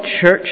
church